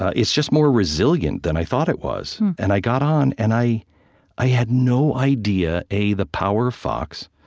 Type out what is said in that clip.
ah it's just more resilient than i thought it was. and i got on, and i i had no idea, a, the power of fox,